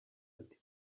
ati